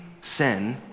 sin